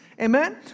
amen